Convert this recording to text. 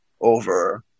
over